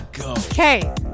Okay